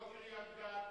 לא קריית-גת,